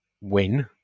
win